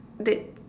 that